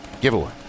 giveaway